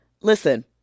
Listen